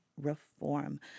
reform